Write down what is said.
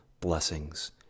blessings